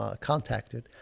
contacted